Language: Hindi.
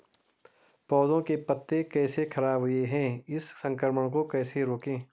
पौधों के पत्ते कैसे खराब हुए हैं इस संक्रमण को कैसे रोकें?